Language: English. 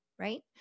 right